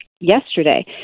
yesterday